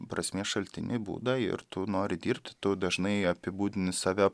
prasmės šaltinį būdą ir tu nori dirbti tu dažnai apibūdini save